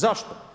Zašto?